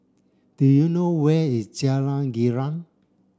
do you know where is Jalan Girang